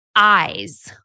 Eyes